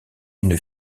une